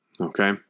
Okay